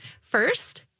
First